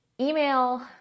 Email